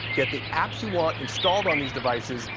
get the apps you want installed on these devices,